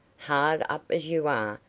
hard up as you are,